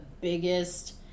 biggest